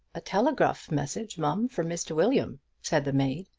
a telegruff message, mum, for mr. william, said the maid,